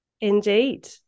Indeed